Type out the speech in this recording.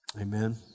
Amen